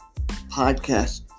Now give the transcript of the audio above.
podcast